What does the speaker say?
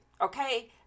okay